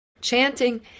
Chanting